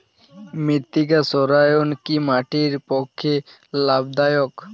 মৃত্তিকা সৌরায়ন কি মাটির পক্ষে লাভদায়ক?